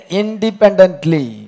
independently